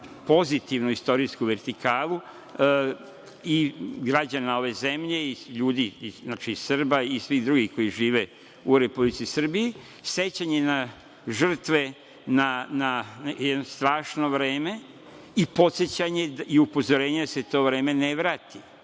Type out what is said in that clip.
pozitivnu istorijsku vertikalu i građana ove zemlje, ljudi, Srba i svih drugih koji žive u Republici Srbiji, sećanje na žrtve, na jedno strašno vreme i podsećanje i upozorenje da se to vreme ne vrati